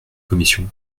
commission